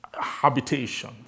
habitation